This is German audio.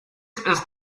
ist